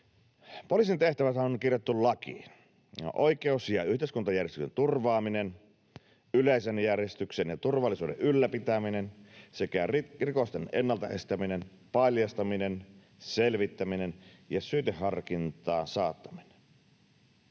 Poliisin tehtäväthän on kirjattu lakiin: oikeus- ja yhteiskuntajärjestyksen turvaaminen, yleisen järjestyksen ja turvallisuuden ylläpitäminen sekä rikosten ennalta estäminen, paljastaminen, selvittäminen ja syyteharkintaan saattaminen.